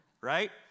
right